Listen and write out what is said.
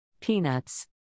Peanuts